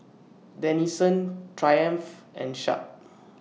Denizen Triumph and Sharp